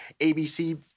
abc